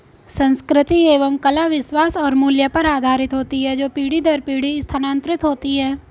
संस्कृति एवं कला विश्वास और मूल्य पर आधारित होती है जो पीढ़ी दर पीढ़ी स्थानांतरित होती हैं